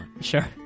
Sure